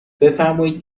بفرمایید